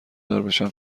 داربشم